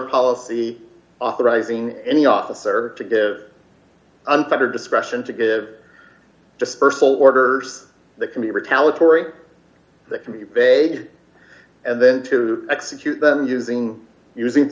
policy authorizing any officer to give unfettered discretion to give dispersal orders that can be retaliatory that can be vague and then to execute them using us